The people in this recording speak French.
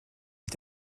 est